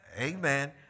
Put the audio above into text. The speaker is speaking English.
Amen